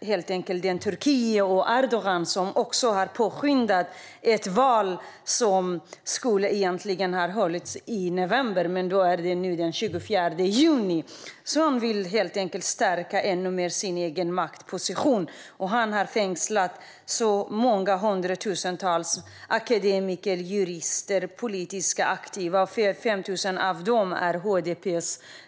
Erdogan har också påskyndat valet som skulle ha hållits i november, men nu blir det den 24 juni i stället. Han vill stärka sin maktposition ännu mer. Han har fängslat hundratusentals akademiker, jurister och politiskt aktiva, och 5 000 av dessa